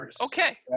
Okay